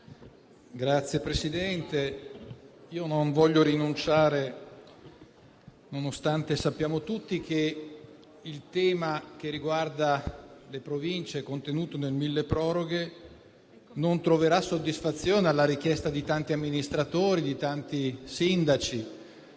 Signor Presidente, non voglio rinunciare ad intervenire, nonostante sappiamo tutti che il tema che riguarda le Province contenuto nel milleproroghe non darà soddisfazione alla richiesta di tanti amministratori e di tanti sindaci